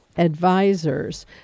advisors